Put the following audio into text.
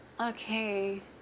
Okay